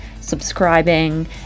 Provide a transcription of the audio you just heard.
subscribing